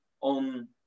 on